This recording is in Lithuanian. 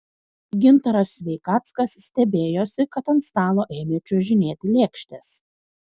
gintaras sveikackas stebėjosi kad ant stalo ėmė čiuožinėti lėkštės